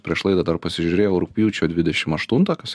prieš laidą dar pasižiūrėjau rugpjūčio dvidešim aštuntą kas